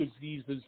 diseases